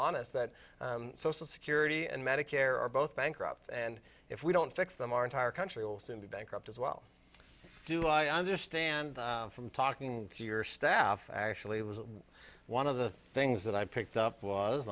honest that social security and medicare are both bankrupt and if we don't fix them our entire country will soon be bankrupt as well do i understand from talking to your staff actually was one of the things that i picked up was